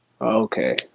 okay